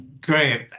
Great